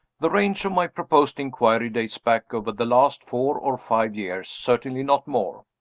the range of my proposed inquiry dates back over the last four or five years certainly not more.